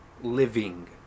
living